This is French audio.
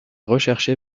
recherché